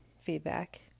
feedback